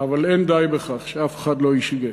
אבל אין די בכך, שאף אחד לא ישגה.